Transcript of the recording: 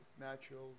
natural